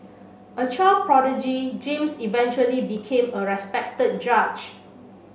a child prodigy James eventually became a respected judge